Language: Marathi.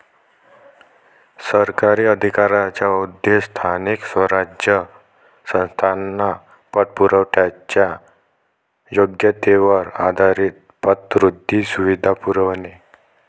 सरकारी अधिकाऱ्यांचा उद्देश स्थानिक स्वराज्य संस्थांना पतपुरवठ्याच्या योग्यतेवर आधारित पतवृद्धी सुविधा पुरवणे